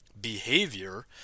behavior